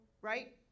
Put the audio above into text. right